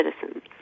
citizens